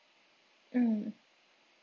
mm